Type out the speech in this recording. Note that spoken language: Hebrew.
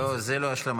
לא, זו לא השלמת ציוד.